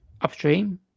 upstream